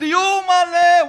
תיאור מלא,